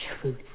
truth